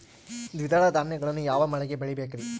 ದ್ವಿದಳ ಧಾನ್ಯಗಳನ್ನು ಯಾವ ಮಳೆಗೆ ಬೆಳಿಬೇಕ್ರಿ?